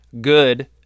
good